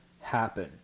happen